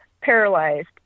paralyzed